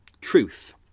truth